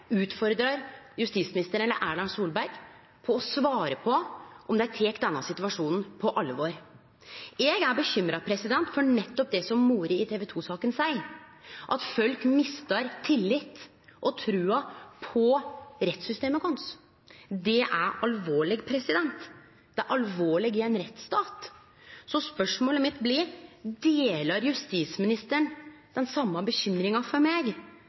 utfordrar justisministeren eller statsminister Erna Solberg til å svare på om dei tek denne situasjonen på alvor. Eg er bekymra for nettopp det som mora i TV 2-saka seier – at folk mistar tilliten til og trua på rettssystemet vårt. Det er alvorleg. Det er alvorleg i ein rettsstat. Spørsmålet mitt er: Deler justisministeren bekymringa mi for at den